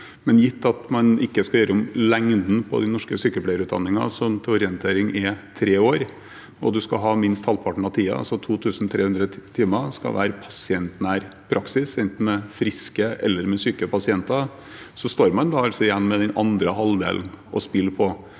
land. Gitt at man ikke skal gjøre om på lengden på den norske sykepleierutdanningen, som altså er tre år, og at minst halvparten av tiden, altså 2 300 timer, skal være pasientnær praksis, enten med friske eller med syke pasienter, står man igjen med den andre halvdelen å spille på.